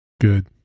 good